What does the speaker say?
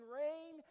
rain